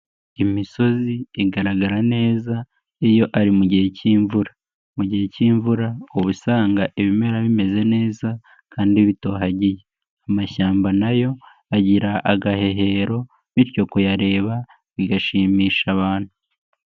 Imisozi igaragara neza, iyo ari mu gihe cy'imvura. Mu gihe cy'imvura, uba usanga ibimera bimeze neza kandi bitohagiye, amashyamba nayo agira agahehero bityo kuyareba bigashimisha abantu.